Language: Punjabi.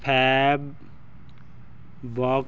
ਫੈਬਬੋਕਸ